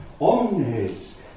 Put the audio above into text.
omnes